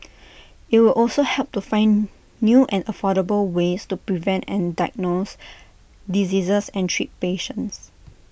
IT will also help to find new and affordable ways to prevent and diagnose diseases and treat patients